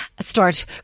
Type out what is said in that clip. start